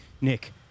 nick